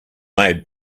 made